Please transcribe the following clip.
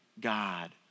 God